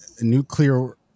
Nuclear